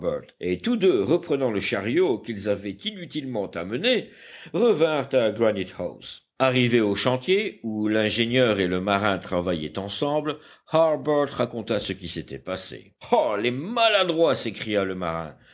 et tous deux reprenant le chariot qu'ils avaient inutilement amené revinrent à granite house arrivé au chantier où l'ingénieur et le marin travaillaient ensemble harbert raconta ce qui s'était passé ah les maladroits s'écria le marin